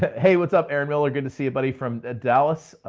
hey, what's up, aaron miller. good to see a buddy from dallas.